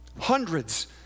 Hundreds